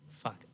Fuck